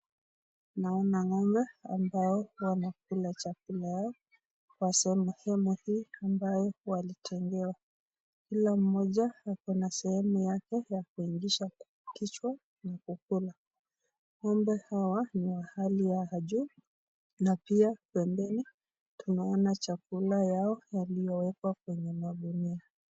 Naona ng'ombe ambao wanakula chakula yao kwa sehemu hii ambayo walitengenezewa. Kila mmoja ako na sehemu yake ya kuingiza kichwa na kukula.Ng'ombe hawa ni wa hali ya juu na pia pembeni tunaona chakula yao yaliyowekwa kwenye magunia.